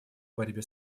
борьбе